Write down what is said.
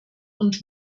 und